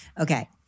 Okay